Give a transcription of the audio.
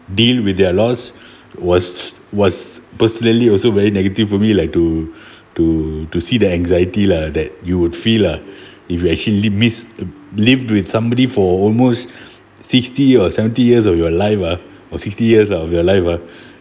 deal with their loss was was personally also very negative for me like to to to see the anxiety lah that you would feel lah if you actually miss live with somebody for almost sixty or seventy years of your life ah or sixty years of your life ah